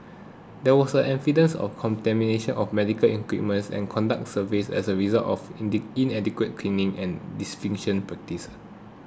there was evidence of contamination of medical equipment and contact surfaces as a result of inadequate cleaning and disinfection practice